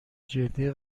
جدی